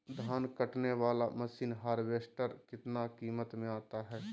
धान कटने बाला मसीन हार्बेस्टार कितना किमत में आता है?